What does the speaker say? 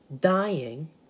dying